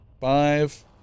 Five